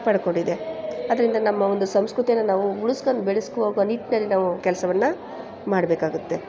ಪಡ್ಕೊಂಡಿದೆ ಅದರಿಂದ ನಮ್ಮ ಒಂದು ಸಂಸ್ಕೃತಿ ನಾವು ಉಳಿಸ್ಕೊಂಡ್ ಬೆಳೆಸ್ಕೊಂಡ್ ಹೋಗೋ ನಿಟ್ನಲ್ಲಿ ನಾವು ಕೆಲಸವನ್ನ ಮಾಡಬೇಕಾಗುತ್ತೆ